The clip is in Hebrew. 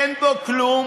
אין בו כלום